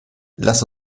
lass